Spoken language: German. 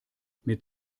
mit